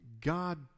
God